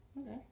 Okay